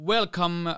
Welcome